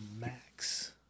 Max